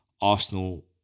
Arsenal